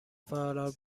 فرار